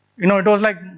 you know it was like,